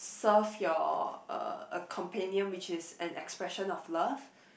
serve your uh a companion which is an expression of love